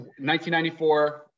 1994